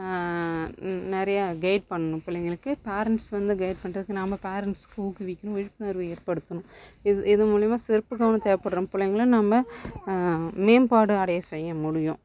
நிறையா கெயிட் பண்ணணும் பிள்ளைங்களுக்கு பேரென்ட்ஸ் வந்து கெயிட் பண்றதுக்கு நாம்ப பேரென்ட்ஸுக்கு ஊக்குவிக்கணும் விழிப்புணர்வு ஏற்படுத்தணும் இது இதன் மூலயமா சிறப்பு கவனம் தேவைப்படுகிற நம் பிள்ளைங்களை நம்ம மேம்பாடு அடைய செய்ய முடியும்